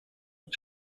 und